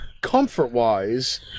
comfort-wise